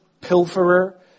pilferer